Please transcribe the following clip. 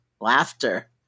laughter